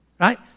Right